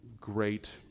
great